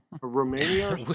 Romania